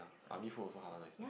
army food also halal nice